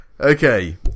Okay